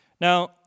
Now